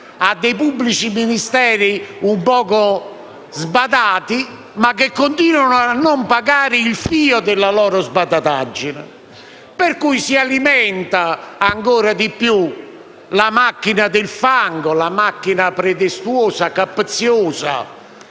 a dei pubblici ministeri un po' sbadati, ma che continuano a non pagare il fio della propria sbadatagine. Pertanto, si alimenta ancora di più la macchina del fango, la macchina pretestuosa e capziosa